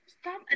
Stop